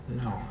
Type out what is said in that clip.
no